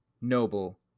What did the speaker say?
noble